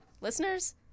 Listeners